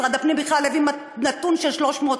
ומשרד הפנים בכלל הביא נתון של 330,